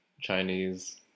Chinese